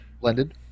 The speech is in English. blended